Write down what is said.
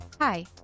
Hi